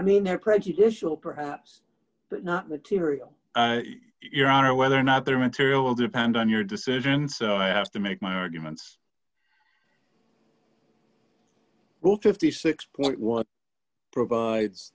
i mean they're prejudicial perhaps not material your honor whether or not their material will depend on your decision so i have to make my arguments well fifty six point one provides